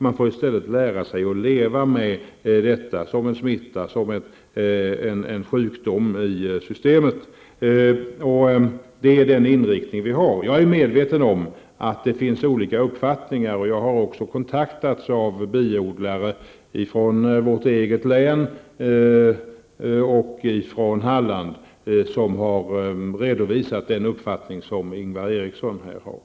Man får i stället lära sig att leva med detta som en sjukdom i systemet. Det är den inriktning vi har. Jag är medveten om att det finns olika uppfattningar. Jag har också kontaktats av biodlare från vårt eget län och från Halland, som har redovisat den uppfattning som Ingvar Eriksson här framför.